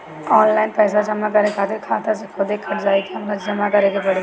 Online पैसा जमा करे खातिर खाता से खुदे कट जाई कि हमरा जमा करें के पड़ी?